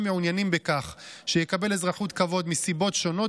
מעוניינים שיקבל אזרחות כבוד מסיבות שונות,